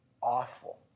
awful